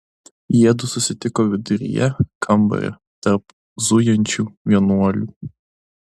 jiedu susitiko viduryje kambario tarp zujančių vienuolių